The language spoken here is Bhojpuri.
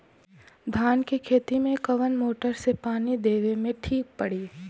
धान के खेती मे कवन मोटर से पानी देवे मे ठीक पड़ी?